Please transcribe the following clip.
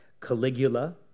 Caligula